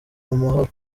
amahoro